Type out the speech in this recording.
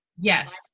yes